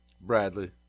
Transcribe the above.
Bradley